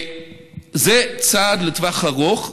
זה צעד לטווח ארוך,